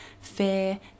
fear